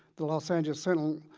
the los angeles sentinel,